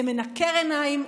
זה מנקר עיניים,